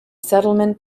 settlement